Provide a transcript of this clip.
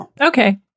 okay